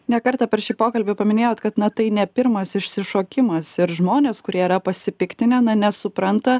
ne kartą per šį pokalbį paminėjot kad na tai ne pirmas išsišokimas ir žmonės kurie yra pasipiktinę na nesupranta